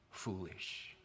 foolish